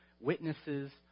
witnesses